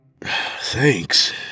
Thanks